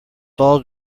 all